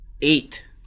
Eight